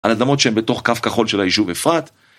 על אדמות שהן בתוך קו כחול של היישוב אפרת